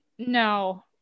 No